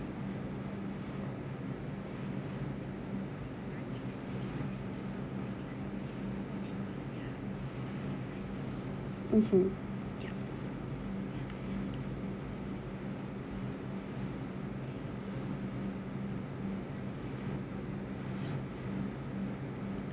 mmhmm ya